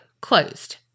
closed